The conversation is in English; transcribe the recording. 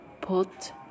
put